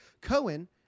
Cohen